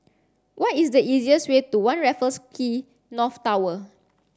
what is the easiest way to One Raffles Quay North Tower